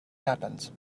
happens